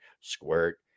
Squirt